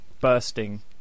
bursting